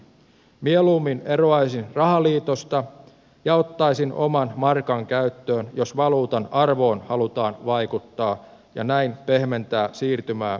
mieluummin eroaisin rahaliitosta ja ottaisin oman markan käyttöön jos valuutan arvoon halutaan vaikuttaa ja näin pehmentää siirtymää konservatiivisempaan yhteiskuntaan